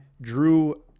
drew